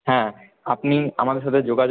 হ্যাঁ আপনি আমাদের সাথে যোগাযোগ